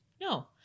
No